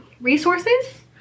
resources